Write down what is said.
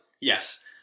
Yes